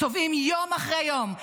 צובאים יום אחרי יום.